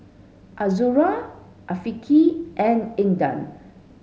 Azura Afiqah and Indah